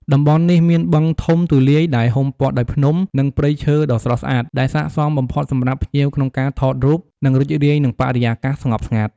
តំបន់នេះមានបឹងធំទូលាយដែលហ៊ុំព័ទ្ធដោយភ្នំ និងព្រៃឈើដ៏ស្រស់ស្អាត ដែលស័ក្តិសមបំផុតសម្រាប់ភ្ញៀវក្នុងការថតរូប និងរីករាយនឹងបរិយាកាសស្ងប់ស្ងាត់។